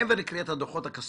מעבר לקריאת הדוחות הכספיים,